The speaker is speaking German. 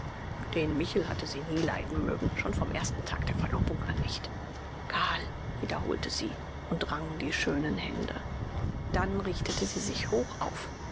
den michel hatte sie nie leiden mögen schon vom ersten tag der verlobung an nicht karl wiederholte sie und rang die schönen hände dann richtete sie sich hoch auf